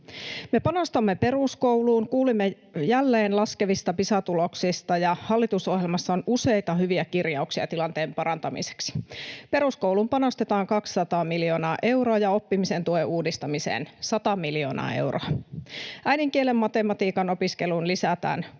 Me panostamme peruskouluun. Kuulimme jälleen laskevista Pisa-tuloksista, ja hallitusohjelmassa on useita hyviä kirjauksia tilanteen parantamiseksi. Peruskouluun panostetaan 200 miljoonaa euroa ja oppimisen tuen uudistamiseen 100 miljoonaa euroa. Äidinkielen ja matematiikan opiskeluun lisätään